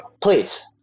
please